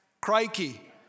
Crikey